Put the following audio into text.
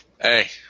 Hey